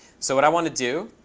so what i want to do